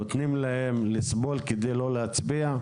נותנים להם לסבול כדי לא להצביע?